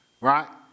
right